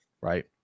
right